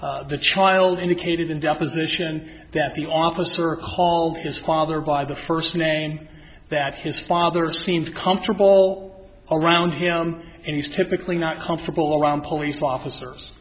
the child indicated in deposition that the officer called his father by the first name that his father seemed comfortable around him and he's typically not comfortable around police officer